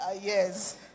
Yes